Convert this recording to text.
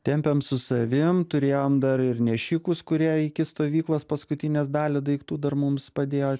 tempėm su savim turėjom dar ir nešikus kurie iki stovyklos paskutinės dalį daiktų dar mums padėjo